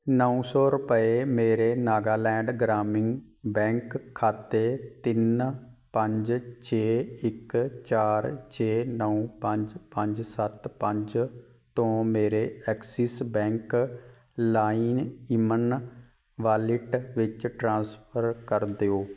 ਨੌ ਸੌ ਰੁਪਏ ਮੇਰੇ ਨਾਗਾਲੈਂਡ ਗ੍ਰਾਮੀਣ ਬੈਂਕ ਖਾਤੇ ਤਿੰਨ ਪੰਜ ਛੇ ਇੱਕ ਚਾਰ ਛੇ ਨੌ ਪੰਜ ਪੰਜ ਸੱਤ ਪੰਜ ਤੋਂ ਮੇਰੇ ਐਕਸਿਸ ਬੈਂਕ ਲਾਈਨ ਇਮਨ ਵਾਲਿਟ ਵਿੱਚ ਟ੍ਰਾਂਸਫਰ ਕਰ ਦਿਓ